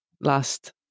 last